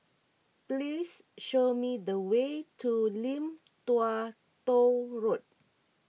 please show me the way to Lim Tua Tow Road